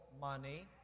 money